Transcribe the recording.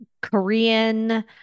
Korean